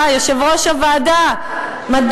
יושב-ראש הוועדה פה.